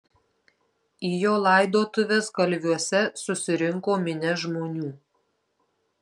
į jo laidotuves kalviuose susirinko minia žmonių